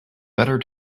better